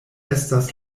estas